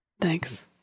Thanks